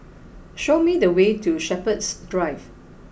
show me the way to Shepherds Drive